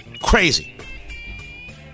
Crazy